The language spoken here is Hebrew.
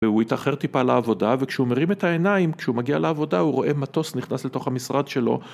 והוא התאחר טיפה לעבודה וכשהוא מרים את העיניים כשהוא מגיע לעבודה הוא רואה מטוס נכנס לתוך המשרד שלו